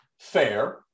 fair